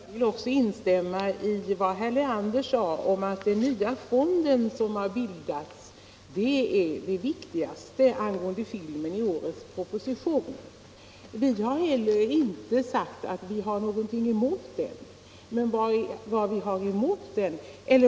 Herr talman! Även jag vill instämma i herr Leanders uttalande att den nya fond som har bildats är det viktigaste angående filmen i årets proposition. Folkpartiet har inte heller någonting emot den fonden.